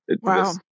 Wow